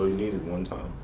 all you need is one time.